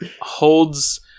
holds